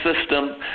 system